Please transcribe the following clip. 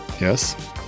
yes